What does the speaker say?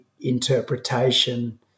interpretation